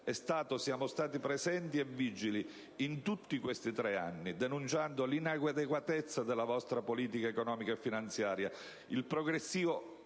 Siamo stati presenti e vigili in tutti questi tre anni, denunciando l'inadeguatezza della vostra politica economica e finanziaria,